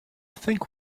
think